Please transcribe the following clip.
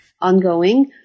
ongoing